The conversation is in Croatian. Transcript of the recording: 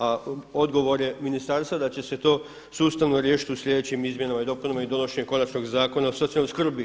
A odgovor je ministarstva da će se to sustavno riješiti u sljedećim izmjenama i dopunama i donošenjem konačnog Zakona o socijalnoj skrbi.